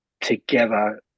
together